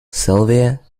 sylvia